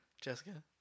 Jessica